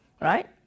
Right